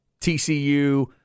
TCU